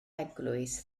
eglwys